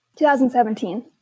2017